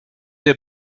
der